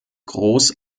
groß